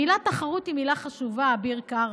המילה "תחרות" היא מילה חשובה, אביר קארה,